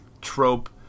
trope